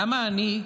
למה אני,